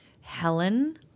Helen